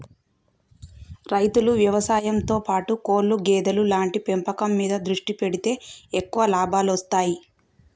రైతులు వ్యవసాయం తో పాటు కోళ్లు గేదెలు లాంటి పెంపకం మీద కూడా దృష్టి పెడితే ఎక్కువ లాభాలొస్తాయ్